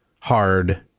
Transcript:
hard